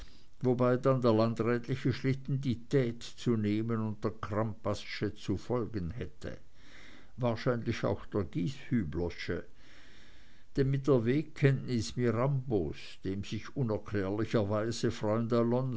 wobei dann der landrätliche schlitten die tete zu nehmen und der crampassche zu folgen hätte wahrscheinlich auch der gieshüblersche denn mit der wegkenntnis mirambos dem sich unerklärlicherweise